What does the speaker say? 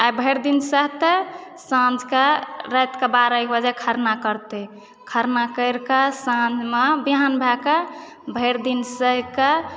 आइ भरि दिन सहतै साँझ कऽ राति कऽ बारह एक बजे खरना करतै खरना करि कऽ साँझमे विहान भए कऽ भरि दिन सहि कऽ